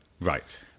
Right